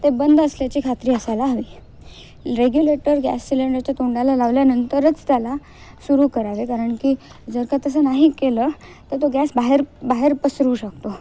ते बंद असल्याची खात्री असायला हवी रेग्युलेटर गॅस सिलेंडरच्या तोंडाला लावल्यानंतरच त्याला सुरू करावे कारण की जर का तसं नाही केलं तर तो गॅस बाहेर बाहेर पसरू शकतो